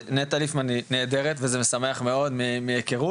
נטע ליפמן היא נהדרת וזה משמח מאוד מהיכרות,